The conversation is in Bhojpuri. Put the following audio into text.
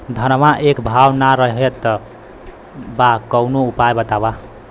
धनवा एक भाव ना रेड़त बा कवनो उपाय बतावा?